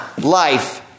life